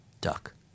Duck